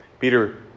Peter